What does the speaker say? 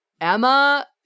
Emma